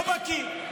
לא בקיא.